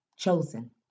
chosen